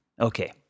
Okay